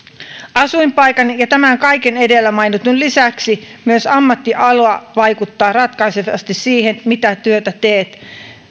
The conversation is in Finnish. asuinpaikan ja tämän kaiken edellä mainitun lisäksi myös ammattiala vaikuttaa ratkaisevasti siihen mitä työtä teet